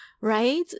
Right